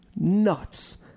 nuts